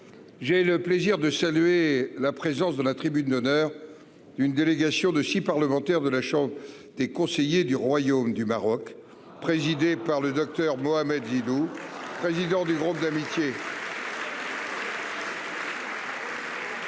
J'ai le plaisir de saluer la présence de la tribune d'honneur. Une délégation de 6 parlementaires de la Chambre des conseillers du royaume du Maroc, présidée par le Docteur Mohamed. Guido, président du groupe d'amitié. Président